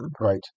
Right